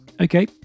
Okay